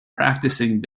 practising